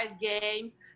games